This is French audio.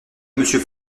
monsieur